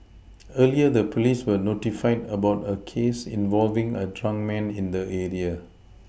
earlier the police were notified about a case involving a drunk man in the area